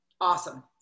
awesome